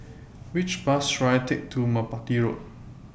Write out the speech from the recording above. Which Bus should I Take to Merpati Road